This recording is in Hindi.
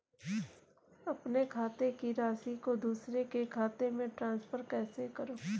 अपने खाते की राशि को दूसरे के खाते में ट्रांसफर कैसे करूँ?